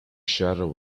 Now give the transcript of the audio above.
shadow